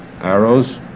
arrows